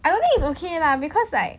I don't think it's okay lah because like